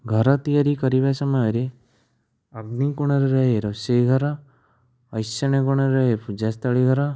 ଘର ତିଆରି କରିବା ସମୟରେ ଅଗ୍ନି କୋଣରେ ରୁହେ ରୋଷେଇ ଘର ଐଶାନ୍ୟ କୋଣରେ ରୁହେ ପୂଜାସ୍ଥଳି ଘର